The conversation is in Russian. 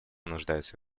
нуждается